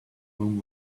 room